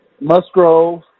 Musgrove